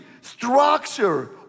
structure